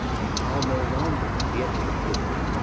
and i'll no longer be a capulet.